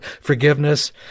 forgiveness